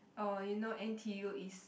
uh you know n_t_u is